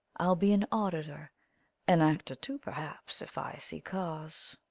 i'll be an auditor an actor too perhaps, if i see cause.